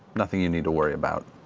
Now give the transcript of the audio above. nothing you need to worry about.